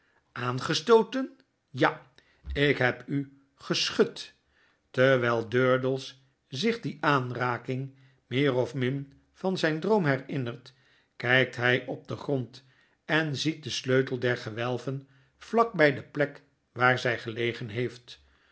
angestooten ja ik heb u geschud terwijl durdels zich die aanraking meer of min van zyn droom herinnerfc kpt ny op den grond en ziet den sleutel der gewelven vlak by de plek waar hy gelegen heeft